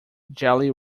jelly